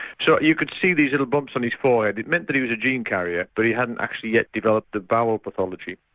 so you could see these little bumps on his forehead, it meant that he was a gene carrier but he hadn't actually yet developed a bowel pathology.